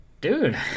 Dude